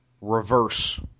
reverse